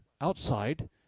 outside